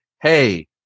hey